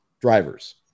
drivers